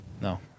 No